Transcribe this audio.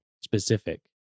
specific